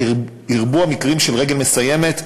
ושירבו המקרים של רגל מסיימת,